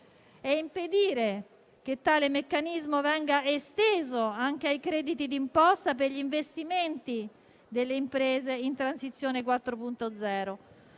a impedire che tale meccanismo venga esteso anche ai crediti d'imposta per gli investimenti delle imprese in transizione 4.0.